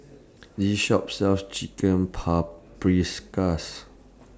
This Shop sells Chicken Paprikas